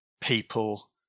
people